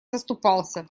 заступался